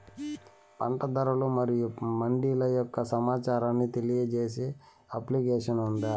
పంట ధరలు మరియు మండీల యొక్క సమాచారాన్ని తెలియజేసే అప్లికేషన్ ఉందా?